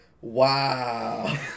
Wow